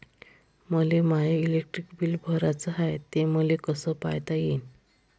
मले माय electric bill भराचं हाय, ते मले कस पायता येईन?